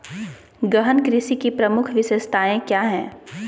गहन कृषि की प्रमुख विशेषताएं क्या है?